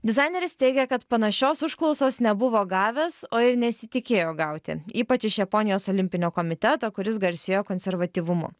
dizaineris teigia kad panašios užklausos nebuvo gavęs o ir nesitikėjo gauti ypač iš japonijos olimpinio komiteto kuris garsėjo konservatyvumu